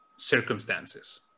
circumstances